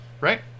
Right